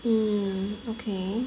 mm okay